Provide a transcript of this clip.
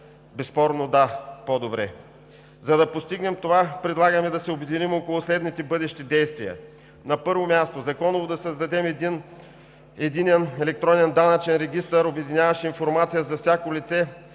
безспорно, да – по-добре? За да постигнем това, предлагаме да се обединим около следните бъдещи действия: На първо място, законово да създадем един единен електронен данъчен регистър, обединяващ информация за всяко лице